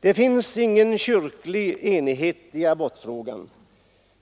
Det finns ingen kyrklig enighet i abortfrågan.